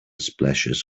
splashes